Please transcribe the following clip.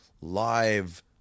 live